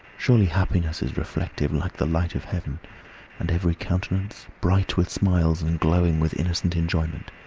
surely happiness is reflective, like the light of heaven and every countenance, bright with smiles, and glowing with innocent enjoyment,